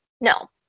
No